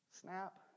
Snap